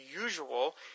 usual